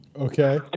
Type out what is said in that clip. Okay